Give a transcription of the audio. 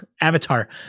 Avatar